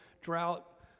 drought